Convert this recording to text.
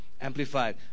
Amplified